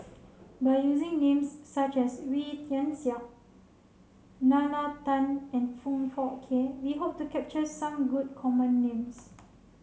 by using names such as Wee Tian Siak Nalla Tan and Foong Fook Kay we hope to capture some good common names